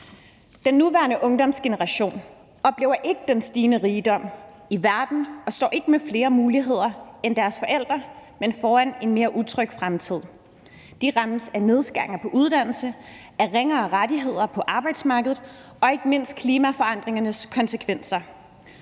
Den nuværende ungdomsgeneration oplever ikke den stigende rigdom i verden og står ikke med flere muligheder end deres forældre, men foran en mere utryg fremtid. De rammes af nedskæringer på uddannelser, af ringere rettigheder på arbejdsmarkedet og ikke mindst af klimaforandringernes konsekvenser.